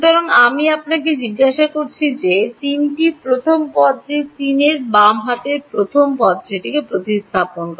সুতরাং আমি আপনাকে জিজ্ঞাসা করছি যে 3 টি প্রথম পদটির 3 বাম হাতের প্রথম পদটি প্রতিস্থাপন করে